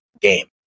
game